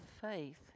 faith